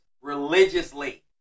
religiously